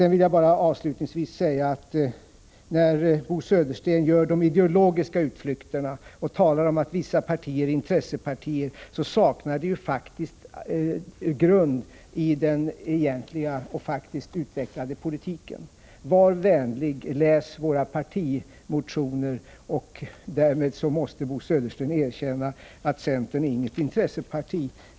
Avslutningsvis vill jag bara säga att när Bo Södersten gör de ideologiska utflykterna och talar om att vissa partier är intressepartier saknar det faktiskt grund i den egentliga och faktiskt utvecklade politiken. Var vänlig läs våra partimotioner! Därmed måste Bo Södersten erkänna att centern inte är något intresseparti.